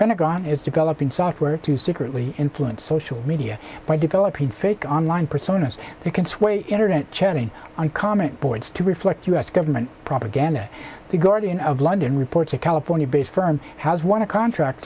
pentagon is developing software to secretly influence social media by developing fake online personas they can sway internet chatting on comment boards to reflect u s government propaganda to guardian of london reports a california based firm has won a contract